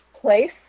place